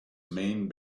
main